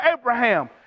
Abraham